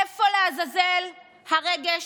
איפה לעזאזל הרגש